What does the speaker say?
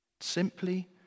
Simply